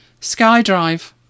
SkyDrive